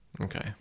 Okay